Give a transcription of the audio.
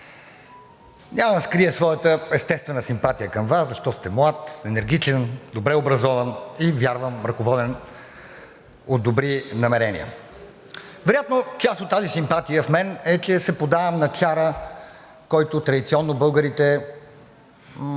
няма да скрия своята естествена симпатия към Вас, защото сте млад, енергичен, добре образован и вярвам, ръководен от добри намерения. Вероятно част от тази симпатия в мен е, че се поддавам на чара, който традиционно българите